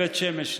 מבית שמש שניכם,